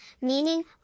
meaning